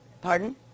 pardon